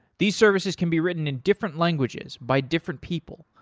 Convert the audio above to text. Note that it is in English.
these services can be written in different languages by different people,